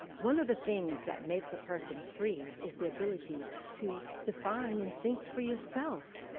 one of the things that makes a person free is the ability to define and think for yourself.